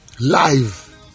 Live